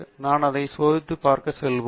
நான் அதை சோதிக்க வேண்டும் என்று சொல்வோம்